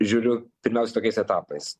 žiūriu pirmiausia tokiais etapais